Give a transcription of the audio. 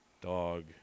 Dog